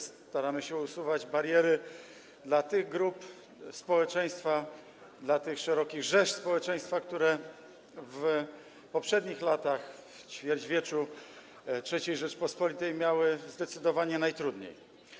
Staramy się usuwać bariery dla tych grup społeczeństwa, dla tych szerokich rzesz społeczeństwa, które w poprzednich latach, w ćwierćwieczu III Rzeczypospolitej, miały zdecydowanie najtrudniej.